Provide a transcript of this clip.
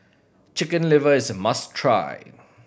Chicken Liver is a must try